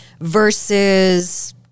versus